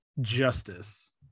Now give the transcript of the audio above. Justice